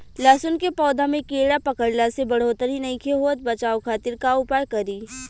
लहसुन के पौधा में कीड़ा पकड़ला से बढ़ोतरी नईखे होत बचाव खातिर का उपाय करी?